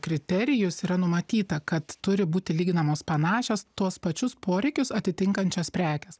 kriterijus yra numatyta kad turi būti lyginamos panašios tuos pačius poreikius atitinkančios prekės